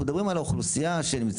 אנחנו מדברים על האוכלוסייה שנמצאת,